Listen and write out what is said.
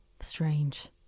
strange